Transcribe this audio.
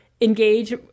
engage